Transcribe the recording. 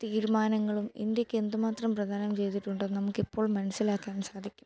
തീരുമാനങ്ങളും ഇൻഡ്യക്ക് എന്തുമാത്രം പ്രധാനം ചെയ്തിട്ടുണ്ടെന്ന് നമുക്ക് ഇപ്പോൾ മനസ്സിലാക്കാൻ സാധിക്കും